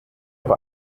bei